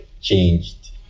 changed